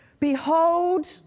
behold